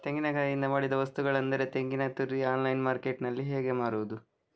ತೆಂಗಿನಕಾಯಿಯಿಂದ ಮಾಡಿದ ವಸ್ತುಗಳು ಅಂದರೆ ತೆಂಗಿನತುರಿ ಆನ್ಲೈನ್ ಮಾರ್ಕೆಟ್ಟಿನಲ್ಲಿ ಹೇಗೆ ಮಾರುದು?